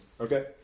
Okay